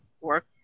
work